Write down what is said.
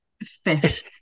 fish